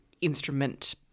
instrument